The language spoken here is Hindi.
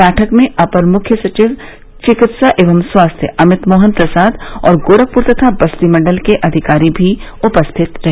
बैठक में अपर मुख्य सचिव चिकित्सा एवं स्वास्थ्य अमित मोहन प्रसाद और गोरखप्र तथा बस्ती मण्डल के अधिकारी भी उपस्थित रहे